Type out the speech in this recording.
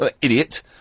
idiot